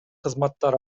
кызматтар